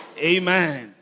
Amen